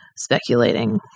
speculating